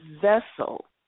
vessel